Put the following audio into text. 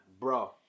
Bro